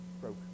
broke